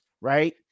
Right